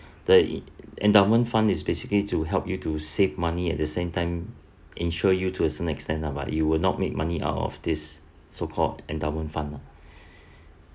the endowment fund is basically to help you to save money at the same time ensure you to a certain extent lah but it will not make money out of this so called endowment fund lah